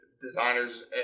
designers